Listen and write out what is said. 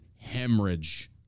hemorrhage